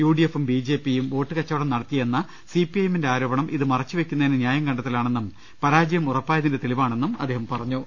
യുഡിഎഫും ബിജെപിയും വോട്ട് കച്ചവടം നടത്തിയെന്ന സിപിഐഎമ്മിന്റെ ആരോപണം ഇത് മറച്ച് വെക്കുന്നതിന് ന്യായം കണ്ടെത്തലാണെന്നും പരാജയം ഉറ പ്പായതിന്റെ തെളിവാണെന്നും അദ്ദേഹം കോഴിക്കോട്ട് പറഞ്ഞു